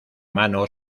mano